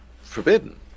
forbidden